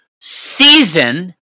season